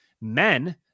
men